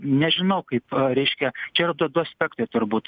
nežinau kaip reiškia čia yra du du aspektai turbūt